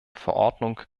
verordnung